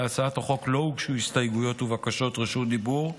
להצעת החוק לא הוגשו הסתייגויות ובקשות רשות דיבור,